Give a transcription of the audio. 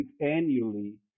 annually